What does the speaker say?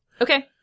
Okay